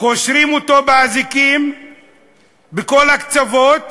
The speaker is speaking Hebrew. קושרים אותו באזיקים בכל הקצוות